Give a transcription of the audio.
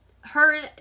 heard